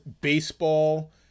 baseball